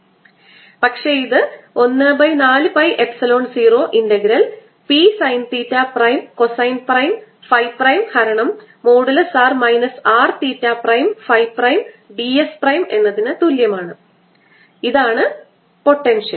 പക്ഷേ ഇത് 14 pi epsilon 0 integral P sine theta prime cosine phi prime ഹരണം modulus r minus R theta prime phi prime d s prime എന്നതിനു തുല്യമാണ് ഇതാണ് potential